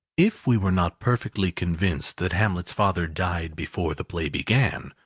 if we were not perfectly convinced that hamlet's father died before the play began,